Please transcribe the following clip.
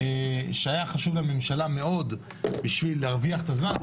שהיה חשוב לממשלה מאוד בשביל להרוויח את הזמן,